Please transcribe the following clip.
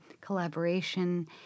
collaboration